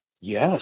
Yes